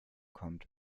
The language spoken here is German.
kommt